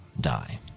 die